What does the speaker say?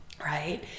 right